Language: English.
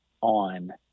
on